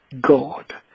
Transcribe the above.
God